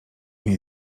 jej